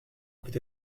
peut